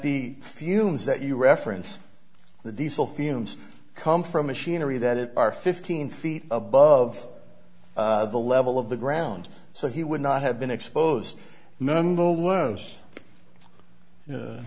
the fumes that you reference the diesel fumes come from machinery that are fifteen feet above the level of the ground so he would not have been exposed nonetheless